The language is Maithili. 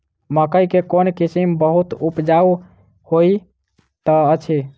मकई केँ कोण किसिम बहुत उपजाउ होए तऽ अछि?